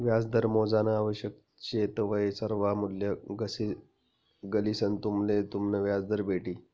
व्याजदर मोजानं आवश्यक शे तवय सर्वा मूल्ये घालिसंन तुम्हले तुमनं व्याजदर भेटी